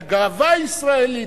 הגאווה הישראלית,